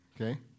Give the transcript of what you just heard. okay